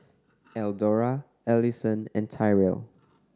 Eldora Allisson and Tyrell